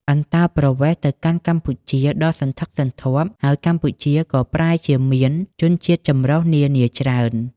អន្តោប្រវេសន៍ ទៅកាន់កម្ពុជាដ៏សន្ធឹកសន្ធាប់ ហើយកម្ពុជាក៏ប្រែជាមានជនជាតិចម្រុះនានាច្រើន ។